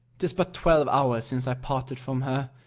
tis but twelve hours since i parted from her,